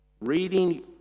reading